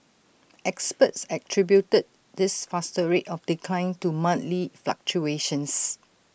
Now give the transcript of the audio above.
experts attributed this faster rate of decline to monthly fluctuations